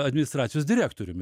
administracijos direktoriumi